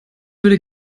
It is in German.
würde